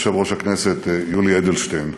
יושב-ראש הכנסת יולי אדלשטיין,